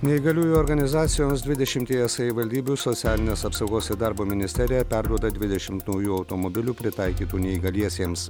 neįgaliųjų organizacijoms dvidešimtyje savivaldybių socialinės apsaugos ir darbo ministerija perduoda dvidešimt nauj automobilių pritaikytų neįgaliesiems